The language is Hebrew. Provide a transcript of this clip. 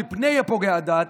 מפני פוגעי הדת,